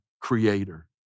creator